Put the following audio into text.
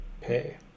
pay